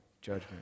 judgment